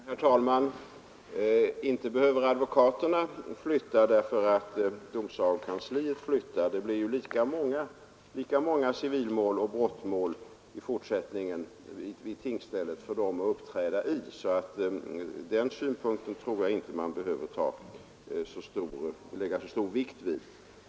Herr talman! Inte behöver advokaterna flytta därför att domsagokansliet flyttar. Det blir ju lika många civiloch brottmål som tidigare för advokaterna att uppträda i. Den synpunkten tror jag därför inte att man behöver lägga så stor vikt vid.